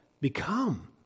become